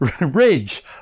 Ridge